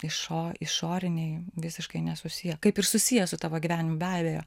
išo išoriniai visiškai nesusiję susiję su tavo gyvenimu be abejo